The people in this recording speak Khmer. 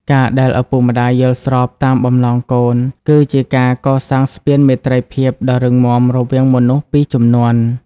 ការដែលឪពុកម្ដាយយល់ស្របតាមបំណងកូន គឺជាការកសាងស្ពានមេត្រីភាពដ៏រឹងមាំរវាងមនុស្សពីរជំនាន់។